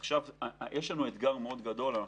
יש לנו אתגר גדול מאוד.